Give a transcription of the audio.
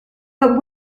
but